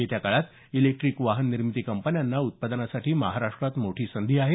येत्या काळात इलेक्ट्रिक वाहन निर्मिती कंपन्यांना उत्पादनासाठी महाराष्ट्रात मोठी संधी आहे